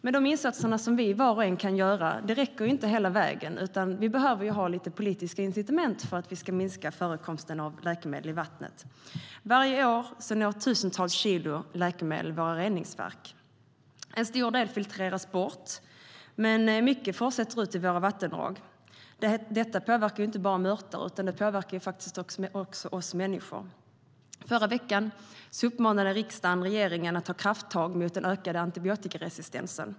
Men de insatser som vi kan göra var och en räcker inte hela vägen, utan vi behöver ha lite politiska incitament för att kunna minska förekomsten av läkemedel i vattnet. Varje år når tusentals kilo läkemedel våra reningsverk. En stor del filtreras bort, men mycket fortsätter ut i våra vattendrag. Detta påverkar inte bara mörtar. Det påverkar också oss människor. Förra veckan uppmanade riksdagen regeringen att ta krafttag mot den ökande antibiotikaresistensen.